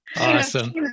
Awesome